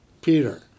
Peter